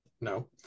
No